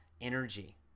energy